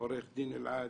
אני